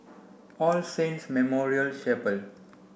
all Saints Memorial Chapel